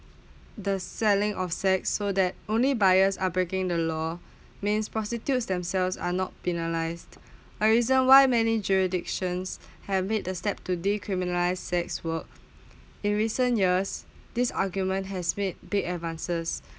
the selling of sex so that only buyers are breaking the law mean prostitutes themselves are not penalised a reason why many jurisdictions have it accept to decriminalise sex work in recent years this argument has made big advances